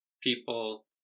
people